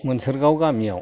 मोन्सारगाव गामियाव